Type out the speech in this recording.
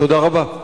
תודה רבה.